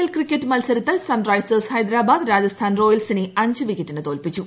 L cricket മത്സരത്തിൽ Sunrisers Hyderabad Rajasthan റോയൽസിന്റെ അഞ്ച് വിക്കറ്റിന് തോൽപ്പിച്ചു